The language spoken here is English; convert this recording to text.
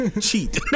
cheat